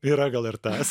yra gal ir tas